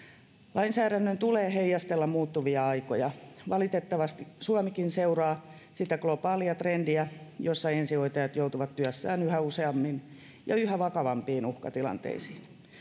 lainsäädännön tulee heijastella muuttuvia aikoja valitettavasti suomikin seuraa sitä globaalia trendiä jossa ensihoitajat joutuvat työssään yhä useammin ja yhä vakavampiin uhkatilanteisiin